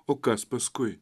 o kas paskui